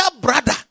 brother